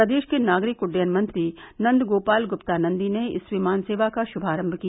प्रदेश के नागरिक उड्डयन मंत्री नन्द गोपाल गुप्ता नंदी ने इस विमान सेवा का शुभारम्भ किया